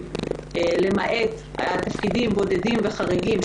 למעט תפקידים בודדים וחריגים,